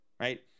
Right